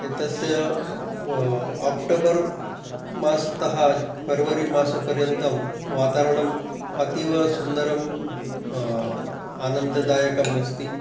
एतस्य आक्टोबर् मासतः फर्वरी मासपर्यन्तं वातावरणम् अतीवसुन्दरं आनन्ददायकम् अस्ति